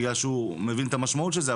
בגלל שהוא מבין את המשמעות של זה.